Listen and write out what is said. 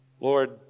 Lord